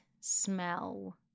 smell